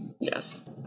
Yes